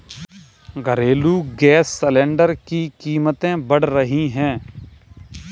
घरेलू gas cylinder की कीमतें बढ़ रही है